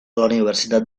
universitat